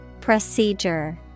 Procedure